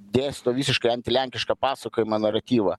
dėsto visiškai antilenkišką pasakojimą naratyvą